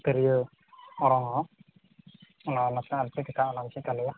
ᱛᱤᱨᱭᱚ ᱚᱨᱚᱝ ᱦᱚᱸ ᱚᱱᱟ ᱱᱟᱥᱮ ᱱᱟᱜ ᱮᱢ ᱪᱮᱫ ᱟᱠᱟᱫ ᱚᱱᱟᱢ ᱪᱮᱫ ᱟᱞᱮᱭᱟ